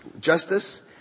Justice